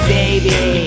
baby